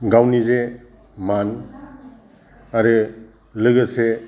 गावनि जे मान आरो लोगोसे